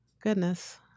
Goodness